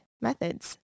methods